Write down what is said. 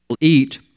eat